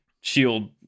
shield